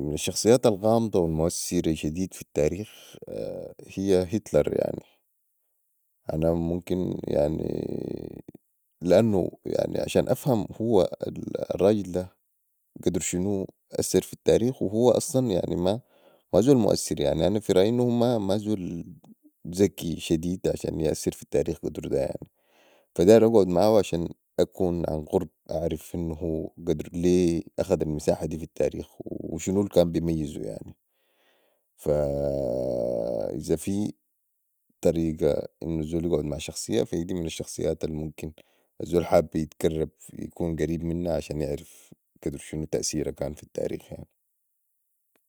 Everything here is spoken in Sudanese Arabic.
من الشخصيات العامضه والمواثره شديد في التاريخ هي هتلر يعني أنا ممكن يعني لأنو يعني عشان افهم هو الراجل ده قدر شنو اثر في التاريخ وهو أصلاً مازول مواثر أنا في راي انو هو مازول زكي شديد عشان يوثر في التاريخ قدر ده يعني فداير اقعد معاهو عشان اكون عن قرب أعرف انو هو ليه اخد المساحه دي في التاريخ وشنو الكان بميزو يعني ف إذا في طريقة الزول يقعد مع شخصيه فدي من الشخصيات الممكن الزول حالي يتقرب ويكون قريب منها عشان يعرف قدر شنو تاثيرا كان في التاريخ